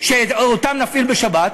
שיפעלו בשבת?